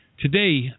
today